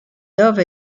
dove